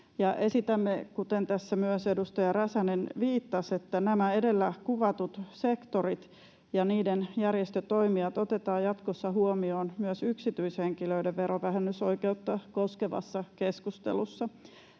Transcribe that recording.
Esitämme, kuten tässä myös edustaja Räsänen viittasi, että nämä edellä kuvatut sektorit ja niiden järjestötoimijat otetaan jatkossa huomioon myös yksityishenkilöiden verovähennysoikeutta koskevassa keskustelussa.